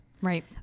Right